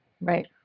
Right